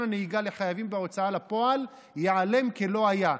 הנהיגה לחייבים בהוצאה לפועל ייעלם כלא היה,